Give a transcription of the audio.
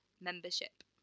membership